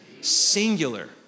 Singular